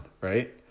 right